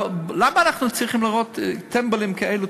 אבל למה אנחנו צריכים להיראות טמבלים כאלה,